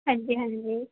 ਹਾਂਜੀ ਹਾਂਜੀ